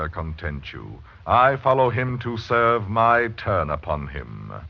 ah content you i follow him to serve my turn upon him.